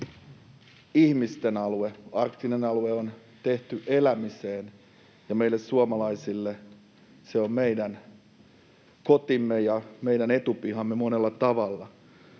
ihmisten alue. Arktinen alue on tehty elämiseen ja meille suomalaisille. Se on meidän kotimme ja meidän etupihamme monella tavalla.